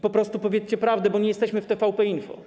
Po prostu powiedzcie prawdę, bo nie jesteśmy w TVP Info.